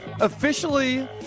officially